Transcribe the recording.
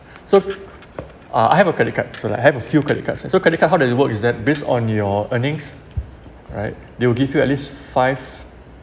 so uh I have a credit card so like I have a few credit cards so credit card how does it work is that based on your earnings right they will give you at least five